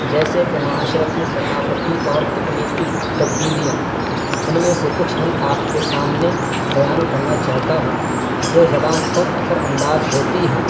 جیسے کہ معاشرتی ثقافتی اور تکنیکی تبدیلیاں ان میں سے کچھ ہم آپ کے سامنے بیان کرنا چاہتا ہوں جو زبان پر اثرانداز ہوتی ہیں